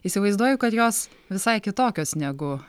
įsivaizduoju kad jos visai kitokios negu